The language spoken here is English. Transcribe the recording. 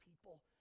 people